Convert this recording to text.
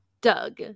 Doug